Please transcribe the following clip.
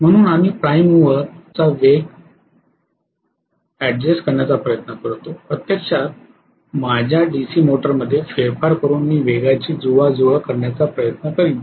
म्हणून आम्ही prime mover चा वेग अॅडजस्ट करण्याचा प्रयत्न करतो प्रत्यक्षात माझ्या डीसी मोटरमध्ये फेरफार करून मी वेगाची जुळवाजुळव करण्याचा प्रयत्न करीन